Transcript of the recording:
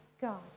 God